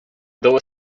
though